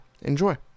enjoy